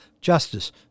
justice